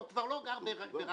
הוא כבר לא גר ברעננה,